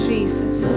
Jesus